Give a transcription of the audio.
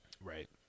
Right